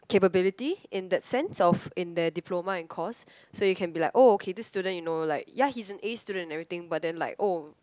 capability in that sense of in the diploma in course so you can be like oh okay this student you know like ya he's an A student everything but then like oh